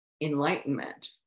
enlightenment